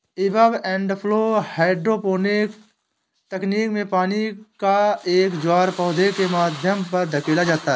ebb and flow hydroponic तकनीक में पानी का एक ज्वार पौधे के माध्यम पर धकेला जाता है